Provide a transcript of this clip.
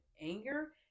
anger